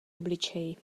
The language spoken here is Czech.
obličeji